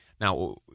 Now